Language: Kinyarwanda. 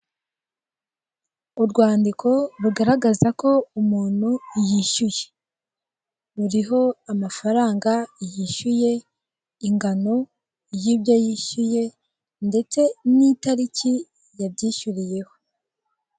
Urwandiko rugaragaza ko umuntu yishyuye. Ruriho amafaranga yishyuye, ingano y'ibyo yishyuye ndetse n' itariki yabyishyuriyeho.